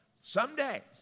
someday